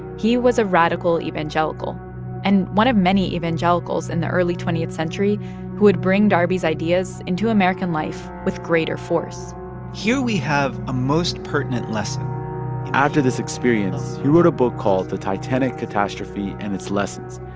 he was a radical evangelical and one of many evangelicals in the early twentieth century who would bring darby's ideas into american life with greater force here we have a most pertinent lesson after this experience, he wrote a book called the titanic catastrophe and its lessons.